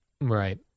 Right